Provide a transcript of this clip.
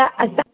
त असां